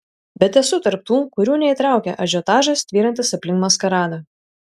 bet esu tarp tų kurių neįtraukia ažiotažas tvyrantis aplink maskaradą